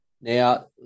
Now